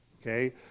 Okay